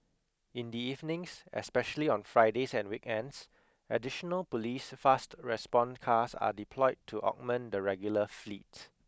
in the evenings especially on Fridays and weekends additional police fast response cars are deployed to augment the regular fleet